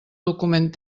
document